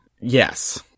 Yes